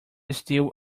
still